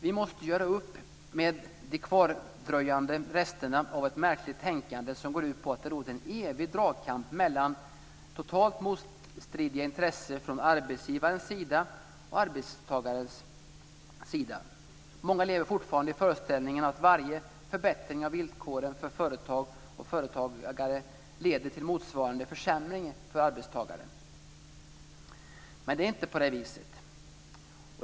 Vi måste göra upp med de kvardröjande resterna av ett märkligt tänkande som går ut på att det råder en evig dragkamp mellan totalt motstridiga intressen från arbetsgivarens och arbetstagarens sida. Många lever fortfarande i föreställningen att varje förbättring av villkoren för företag och företagare leder till motsvarande försämring för arbetstagaren. Men det är inte på det viset.